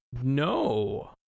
No